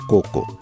Coco